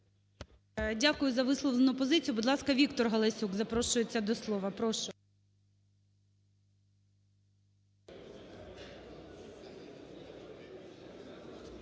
Дякую за висловлену позицію. Будь ласка, Віктор Галасюк запрошується до слова. Прошу.